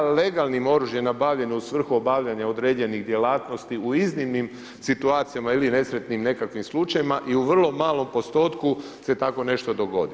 Legalnim oružjem nabavljeno u svrhu obavljanja određenih djelatnosti u iznimnim situacijama ili nesretnim nekakvim slučajevima i u vrlo malom postotku se tako nešto dogodi.